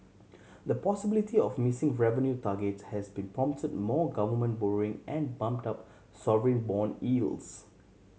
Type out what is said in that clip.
the possibility of missing revenue targets has been prompt more government borrowing and bumped up sovereign bond yields